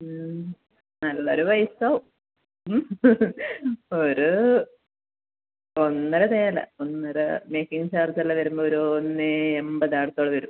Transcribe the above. ഉം നല്ല ഒരു പൈസയാകും ഉം ഒരു ഒന്നര നേരെ ഒന്നര മേക്കിങ്ങ് ചാർജ് എല്ലാം വരുമ്പോൾ ഒരു ഒന്നേ എൺപത് അവിടെത്തോളം വരും